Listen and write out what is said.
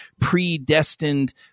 predestined